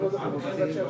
באופן פרטני,